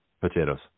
potatoes